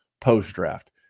post-draft